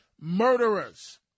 murderers